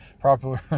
properly